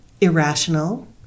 irrational